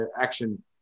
action